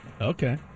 Okay